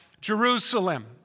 Jerusalem